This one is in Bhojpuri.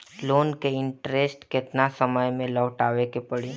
लोन के इंटरेस्ट केतना समय में लौटावे के पड़ी?